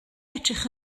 edrych